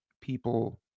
people